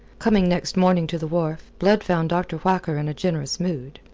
coming next morning to the wharf, blood found dr. whacker in a generous mood.